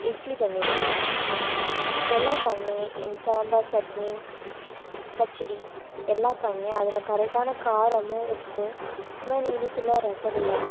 இட்லி பண்ணிடுங்கள் இதெல்லாம் பண்ணி இன் சாம்பார் சட்னி பச்சடி எல்லாம் பண்ணி அதில் கரெக்டான காரமும் உப்பும் இது மாதிரி இனிப்பில் ரசகுல்லா